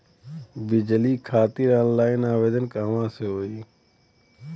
बिजली खातिर ऑनलाइन आवेदन कहवा से होयी?